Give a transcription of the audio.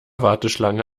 warteschlange